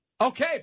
okay